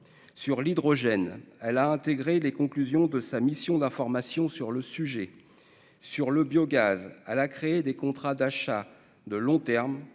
sur l'hydrogène, elle a intégré les conclusions de sa mission d'information sur le sujet sur le biogaz à la créer des contrats d'achat de long terme,